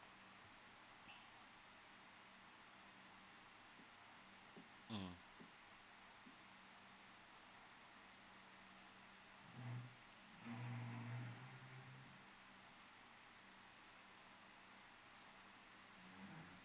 mm